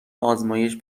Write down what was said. آزمایش